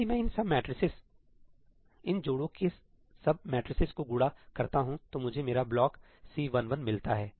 यदि मैं इन सब मेट्रिसेस इन जोड़े के सब मेट्रिसेस को गुणा करता हूं तो मुझे मेरा ब्लॉक C11 मिलता है